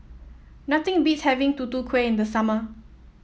nothing beats having Tutu Kueh in the summer